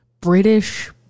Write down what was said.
British